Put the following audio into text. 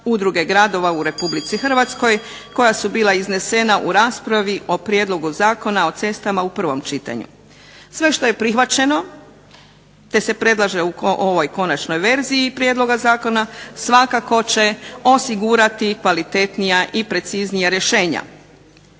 udruge gradova u RH koja su bila iznesena u raspravi o prijedlogu Zakona o cestama u prvom čitanju. Sve što je prihvaćeno te se predlaže u ovoj konačnoj verziji prijedloga zakona svakako će osigurati kvalitetnija i preciznija rješenja.